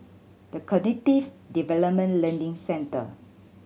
The Cognitive Development Learning Centre